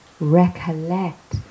recollect